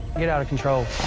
get out of control.